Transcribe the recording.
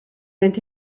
mynd